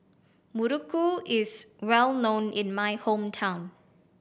muruku is well known in my hometown